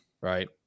right